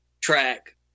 track